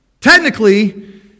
technically